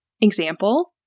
Example